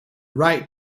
right